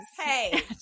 Hey